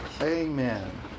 Amen